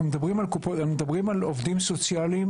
אנחנו מדברים על עובדים סוציאליים